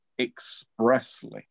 expressly